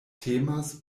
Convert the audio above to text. temas